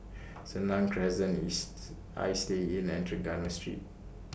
Senang Crescent Istay Inn and Trengganu Street